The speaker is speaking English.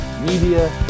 Media